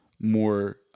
more